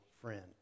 friend